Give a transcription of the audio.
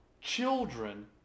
children